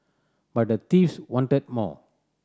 but the thieves wanted more